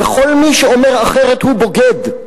וכל מי שאומר אחרת הוא בוגד.